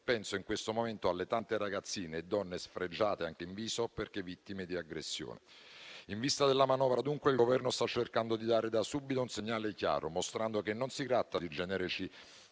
Penso in questo momento alle tante ragazzine e donne sfregiate anche in viso perché vittime di aggressione. In vista della manovra, dunque, il Governo sta cercando di dare da subito un segnale chiaro, mostrando che non si tratta di generici